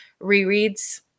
rereads